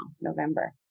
November